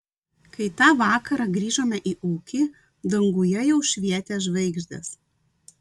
kai tą vakarą grįžome į ūkį danguje jau švietė žvaigždės